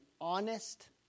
honest